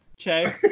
okay